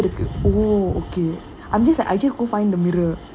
இதுவே எனக்கு:idhuvae enakku oh okay I'm just like I just go find a mirror